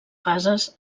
fases